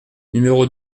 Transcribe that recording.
numéro